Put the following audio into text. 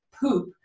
poop